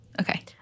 Okay